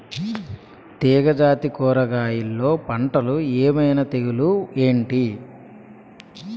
తీగ జాతి కూరగయల్లో పంటలు ఏమైన తెగులు ఏంటి?